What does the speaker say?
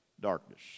darkness